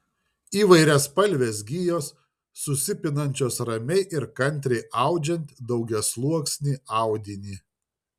įvairiaspalvės gijos susipinančios ramiai ir kantriai audžiant daugiasluoksnį audinį